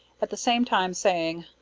at the same time saying,